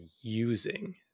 using